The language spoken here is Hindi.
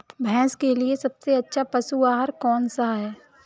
भैंस के लिए सबसे अच्छा पशु आहार कौन सा है?